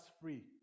free